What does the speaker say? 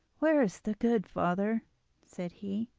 where is the good, father said he.